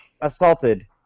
assaulted